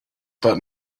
but